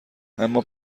اما